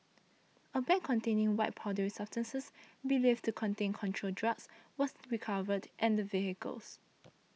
a bag containing white powdery substances believed to contain controlled drugs was recovered in the vehicles